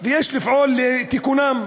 ויש לפעול לתיקונם.